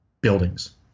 buildings